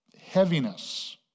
heaviness